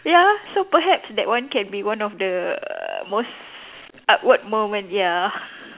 ya so perhaps that one can be one of the most awkward moment ya